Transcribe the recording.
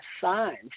signs